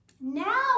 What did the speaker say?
Now